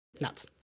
nuts